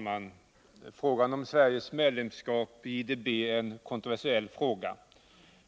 Herr talman! Sveriges medlemskap i IDB är en kontroversiell fråga.